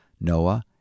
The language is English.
Noah